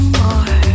more